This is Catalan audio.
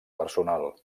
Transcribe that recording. personal